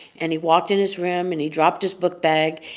and he walked in his room, and he dropped his book bag.